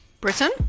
britain